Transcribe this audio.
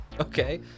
Okay